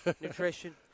Nutrition